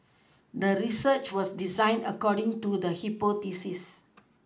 the research was designed according to the hypothesis